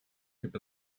gibt